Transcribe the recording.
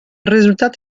resultat